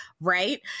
right